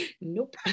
Nope